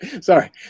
sorry